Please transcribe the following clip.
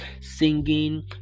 singing